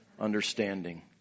understanding